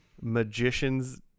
magician's